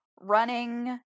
running